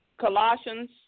Colossians